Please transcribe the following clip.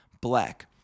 black